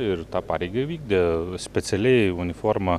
ir tą pareigą įvykdė specialiai uniforma